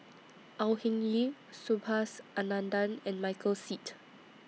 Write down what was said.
Au Hing Yee Subhas Anandan and Michael Seet